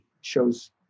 shows